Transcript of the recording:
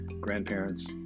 grandparents